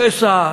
שסע,